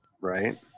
right